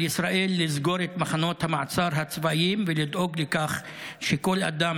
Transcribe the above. על ישראל לסגור את מחנות המעצר הצבאיים ולדאוג לכך שכל אדם